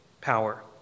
power